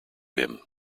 him